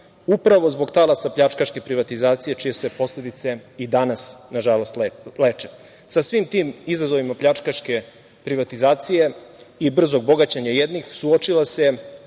upravo zbog talasa pljačkaške privatizacije čije se posledice i danas, nažalost, leče. Sa svim tim izazovima pljačkaške privatizacije i brzog bogaćenja jednih, suočila se